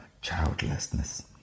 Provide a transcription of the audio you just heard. childlessness